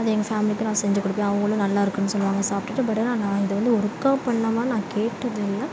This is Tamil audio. அது எங்கள் ஃபேமிலிக்கு நான் செஞ்சிக் கொடுப்பேன் அவங்களும் நல்லாயிருக்குன்னு சொல்லுவாங்க சாப்பிட்டுட்டு பட் ஆனால் நான் இதை வந்து ஒர்க்காக பண்ணலாமான்னு நான் கேட்டதில்லை